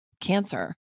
cancer